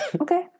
Okay